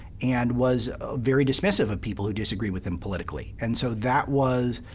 and was very dismissive of people who disagreed with him politically. and so that was,